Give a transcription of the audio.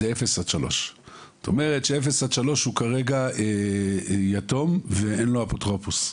זה 0-3. זאת אומרת ש-0-3 הוא כרגע יתום ואין לו אפוטרופוס.